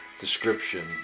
description